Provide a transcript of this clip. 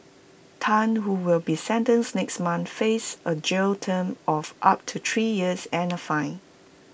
Tan who will be sentenced next month faces A jail term of up to three years and A fine